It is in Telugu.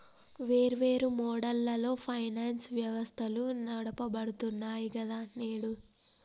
వేర్వేరు మోడళ్లలో ఫైనాన్స్ వ్యవస్థలు నడపబడుతున్నాయి గదా నేడు